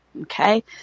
Okay